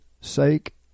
sake